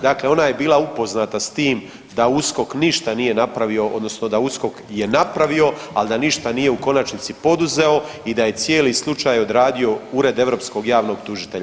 Dakle ona je bila upoznata s tim da USKOK ništa nije napravio odnosno da USKOK je napravio, ali da ništa nije u konačnici poduzeo i da je cijeli slučaj odradio Ured europskog javnog tužitelja.